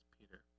Peter